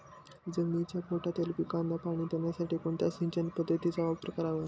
जमिनीच्या पोटातील पिकांना पाणी देण्यासाठी कोणत्या सिंचन पद्धतीचा वापर करावा?